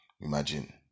Imagine